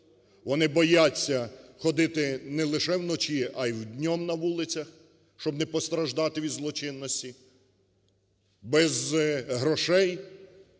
Вони бояться ходити не лише вночі, а й днем на вулицях, щоб не постраждати від злочинності. Без грошей,